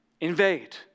Invade